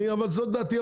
אבל זו דעתי,